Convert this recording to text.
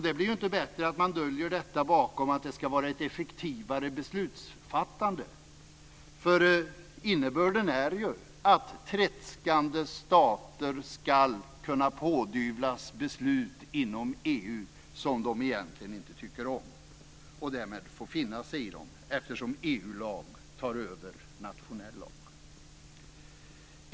Det blir inte bättre av att man döljer detta bakom att det ska vara ett effektivare beslutsfattande, för innebörden är ju att tredskande stater ska kunna pådyvlas beslut inom EU som de egentligen inte tycker om och därmed få finna sig i dem eftersom EU-lag tar över nationell lag.